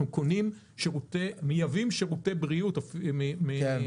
אנחנו מייבאים שירותי בריאות מחו"ל